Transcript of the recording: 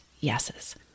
yeses